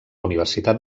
universitat